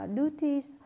duties